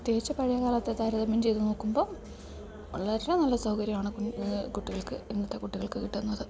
പ്രത്യേകിച്ച് പഴയകാലത്തെ താരതമ്യം ചെയ്തു നോക്കുമ്പം വളരെ നല്ല സൗകര്യമാണ് ഇന്ന് കുട്ടികൾക്ക് ഇന്നത്തെ കുട്ടികൾക്ക് കിട്ടുന്നത്